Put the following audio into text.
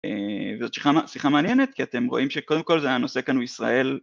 אה...זאת שיחה שיחה מעניינת כי אתם רואים שקודם כל זה הנושא כאן הוא ישראל